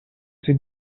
sit